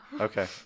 Okay